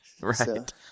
right